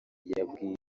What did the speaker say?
yabwiye